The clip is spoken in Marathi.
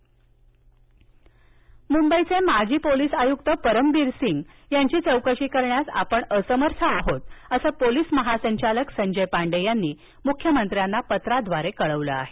परमबीर सिंह चौकशी मुंबईचे माजी पोलिस आयुक्त परमबीर सिंग यांची चौकशी करण्यास आपण असमर्थ आहोत असे पोलीस महासंचालक संजय पांडे यांनी मुख्यमंत्र्यांना पत्राद्वारे कळवले आहे